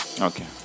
Okay